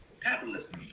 capitalism